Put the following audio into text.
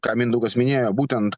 ką mindaugas minėjo būtent